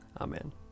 Amen